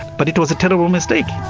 but it was a terrible mistake.